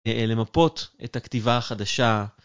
למפות את הכתיבה החדשה.